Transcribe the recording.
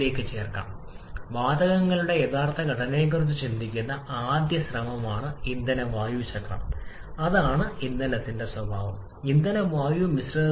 കറുത്ത വരയിൽ വരച്ച രണ്ട് വരികളുണ്ടെന്ന് നിങ്ങൾക്ക് കാണാം ഡോട്ട് ഇട്ട കറുത്ത രേഖ വിപുലീകരണ സമയത്ത് നിർദ്ദിഷ്ട മാറ്റങ്ങൾ കണക്കിലെടുക്കുന്നില്ല